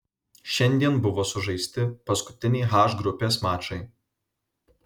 šiandien buvo sužaisti paskutiniai h grupės mačai